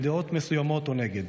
בין דעות מסוימות או נגד.